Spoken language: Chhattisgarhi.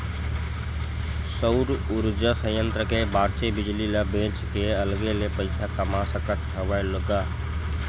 सउर उरजा संयत्र के बाचे बिजली ल बेच के अलगे ले पइसा कमा सकत हवन ग